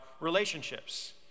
relationships